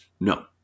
No